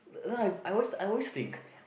I I always I always think